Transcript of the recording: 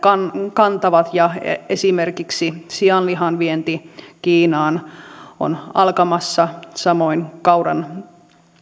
kantavat ja esimerkiksi sianlihan vienti kiinaan on alkamassa samoin kauran